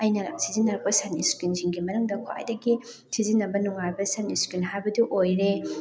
ꯑꯩꯅ ꯁꯤꯖꯤꯟꯅꯔꯛꯄ sunscreen ꯁꯤꯡꯒꯤ ꯃꯅꯨꯡꯗ ꯈ꯭ꯋꯥꯏꯗꯒꯤ ꯁꯤꯖꯤꯟꯅꯕ ꯅꯨꯡꯉꯥꯏꯕ ꯁꯟ ꯏ꯭ꯁꯀ꯭ꯔꯤꯟ ꯍꯥꯏꯕꯗꯨ ꯑꯣꯏꯔꯦ